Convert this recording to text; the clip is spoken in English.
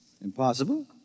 Impossible